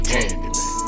Candyman